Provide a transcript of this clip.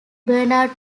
barnard